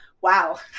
Wow